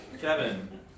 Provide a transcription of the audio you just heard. Kevin